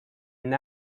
and